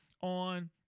on